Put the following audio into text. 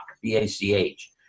B-A-C-H